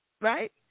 right